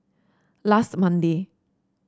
last Monday